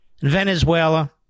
Venezuela